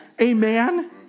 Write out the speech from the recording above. Amen